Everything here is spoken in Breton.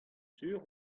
sur